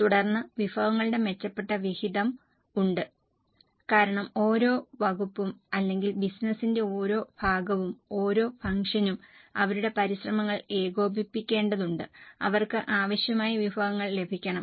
തുടർന്ന് വിഭവങ്ങളുടെ മെച്ചപ്പെട്ട വിഹിതം ഉണ്ട് കാരണം ഓരോ വകുപ്പും അല്ലെങ്കിൽ ബിസിനസിന്റെ ഓരോ ഭാഗവും ഓരോ ഫംഗ്ഷനും അവരുടെ പരിശ്രമങ്ങൾ ഏകോപിപ്പിക്കേണ്ടതുണ്ട് അവർക്ക് ആവശ്യമായ വിഭവങ്ങൾ ലഭിക്കണം